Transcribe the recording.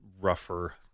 rougher